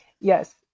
Yes